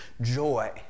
joy